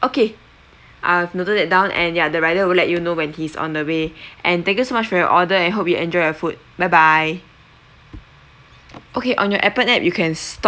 okay I've noted that down and ya the rider will let you know when he's on the way and thank you so much for your order and hope you enjoy your food bye bye okay on your appen app you can stop